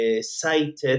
cited